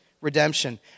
redemption